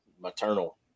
maternal